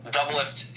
Doublelift